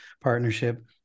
partnership